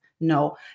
No